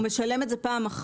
הוא משלם את זה רק פעם אחת.